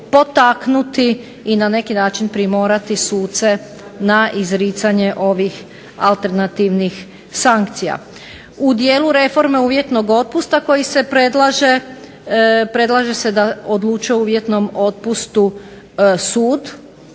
potaknuti i na neki način primorati suce na izricanje ovih alternativnih sankcija. U dijelu reforme uvjetnog otpusta koji se predlaže, predlaže se da odluče o uvjetnom otpustu sud,